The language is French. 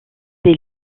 des